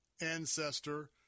ancestor